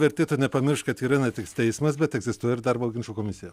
vertėtų nepamiršt kad yra ne tik teismas bet egzistuoja ir darbo ginčų komisija